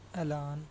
ਐਲਾਨ